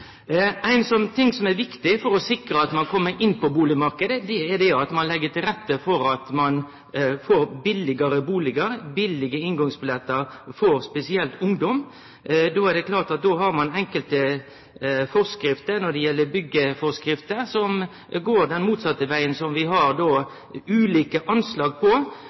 ein slik kjøreregel, trass i at dette ikkje vil ha den store effekten i dag og dei neste månadene framover. Noko som er viktig for å sikre at ein kjem inn på bustadmarknaden, er at ein legg til rette for billigare bustader, billige inngangsbillettar, spesielt for ungdom. Men ein har enkelte byggjeforskrifter som går den motsette vegen, som vi har ulike anslag på,